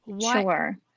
Sure